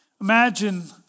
Imagine